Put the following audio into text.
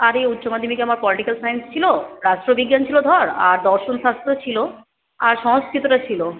আরে উচ্চ মাধ্যমিকে আমার পলিটিকাল সায়েন্স ছিলো রাষ্ট্রবিজ্ঞান ছিলো ধর আর দর্শন শাস্ত্র ছিলো আর সংস্কৃতটা ছিলো